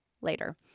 later